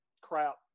crap